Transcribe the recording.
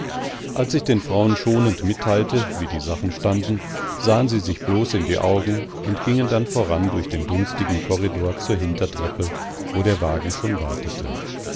als ich den frauen schonend mitteilte wie die sachen standen sahen sie sich bloß in die augen und gingen dann voran durch den dunstigen korridor zur hintertreppe hin wo der wagen schon wartete